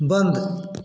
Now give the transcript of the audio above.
बंद